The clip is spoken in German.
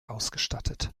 ausgestattet